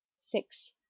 six